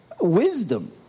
wisdom